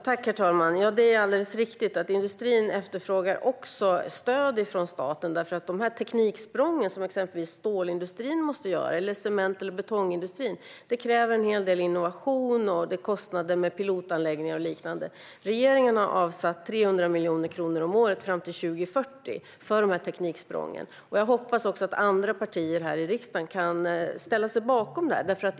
Herr talman! Det är alldeles riktigt att industrin efterfrågar stöd från staten. De tekniksprång som stålindustrin eller cement och betongindustrin måste göra kräver en hel del innovation och kostnader för pilotanläggningar och liknande. Regeringen har avsatt 300 miljoner kronor om året fram till 2040 för dessa tekniksprång. Jag hoppas också att andra partier här i riksdagen kan ställa sig bakom detta.